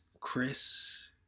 Chris